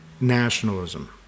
nationalism